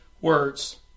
words